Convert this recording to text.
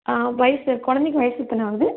ஆ வயசு குலந்தைக்கி வயசு எத்தனை ஆகுது